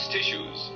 Tissues